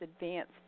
Advanced